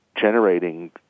generating